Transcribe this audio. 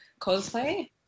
cosplay